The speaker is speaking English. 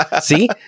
See